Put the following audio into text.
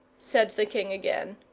said the king again.